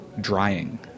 Drying